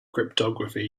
cryptography